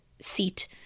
seat